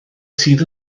sydd